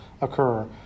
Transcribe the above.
occur